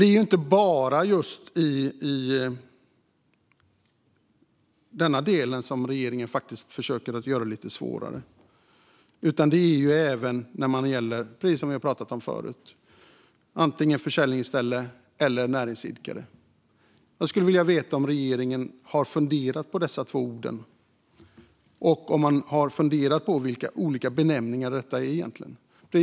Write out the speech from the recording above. Det är inte bara i denna del som regeringen försöker göra det lite svårare. Det gäller även, som vi pratat om förut, orden "försäljningsställe" kontra "näringsidkare". Jag skulle vilja veta om regeringen har funderat på dessa två ord och om man funderat på hur olika de är.